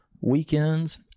weekends